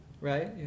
right